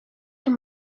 for